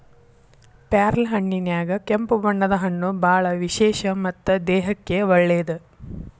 ಪ್ಯಾರ್ಲಹಣ್ಣಿನ್ಯಾಗ ಕೆಂಪು ಬಣ್ಣದ ಹಣ್ಣು ಬಾಳ ವಿಶೇಷ ಮತ್ತ ದೇಹಕ್ಕೆ ಒಳ್ಳೇದ